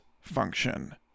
function